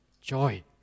Joy